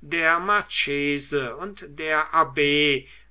der marchese und der abb